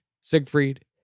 Siegfried